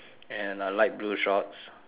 and a light blue shorts